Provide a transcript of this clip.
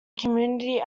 community